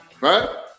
right